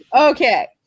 Okay